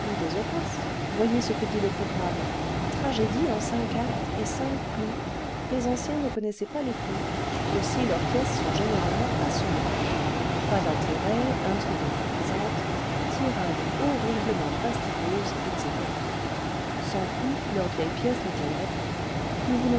des horaces voyez ce que dit le programme tragédie en actes et clous lès anciens ne connaissaient pas les clous le vingtième siècle aussi leurs pièces sont généralement assommantes pas d'intérêt intrigue insuffisante tirades horriblement fastidieuses etc sans clous leurs vieilles pièces ne tiendraient pas nous